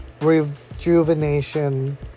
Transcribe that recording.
rejuvenation